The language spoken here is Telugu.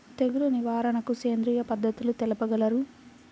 తెగులు నివారణకు సేంద్రియ పద్ధతులు తెలుపగలరు?